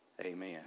amen